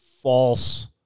false